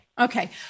Okay